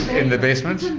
in the basement.